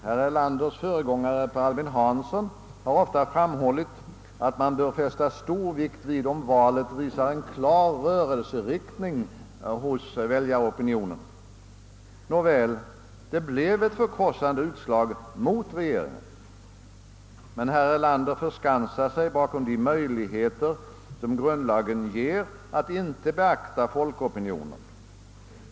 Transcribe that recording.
Herr Erlanders föregångare Per Albin Hansson har ofta framhållit att man bör fästa stor vikt vid om valet visar en klar rörelseriktning hos väljaropinionen. Nåväl, det blev ett förkrossande utslag mot regeringen. Men herr Erlander förskansar sig bakom de möjligheter som grundlagen ger att inte beakta folkopinionen.